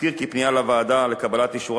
אזכיר כי פנייה לוועדה לקבלת אישורה